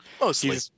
Mostly